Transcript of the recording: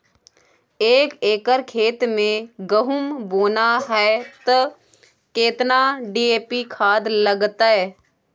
एक एकर खेत मे गहुम बोना है त केतना डी.ए.पी खाद लगतै?